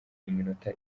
iminota